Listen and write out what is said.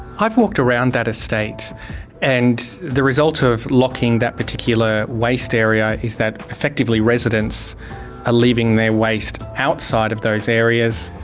i've walked around that estate and the result of locking that particular waste area is that effectively residents are ah leaving their waste outside of those areas.